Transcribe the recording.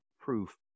proof